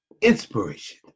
inspiration